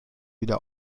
wieder